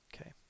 okay